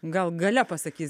gal gale pasakys